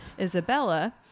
Isabella